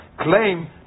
claim